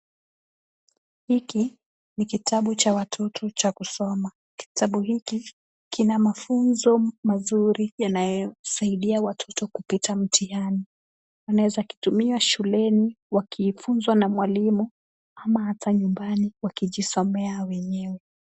Hiki ni kitabu cha watoto cha kusoma, kitabu hiki kina mafunzo mazuri yanayosaidia watoto kupita mtihani, wanaweza kitumia shuleni wakifunzwa na mwalimu ama hata nyumbani wakijisomea wenyewe.